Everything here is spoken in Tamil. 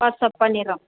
வாட்ஸாப் பண்ணிடுறாேம்